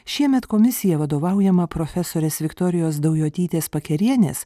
šiemet komisija vadovaujama profesorės viktorijos daujotytės pakerienės